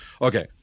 okay